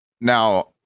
now